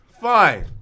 fine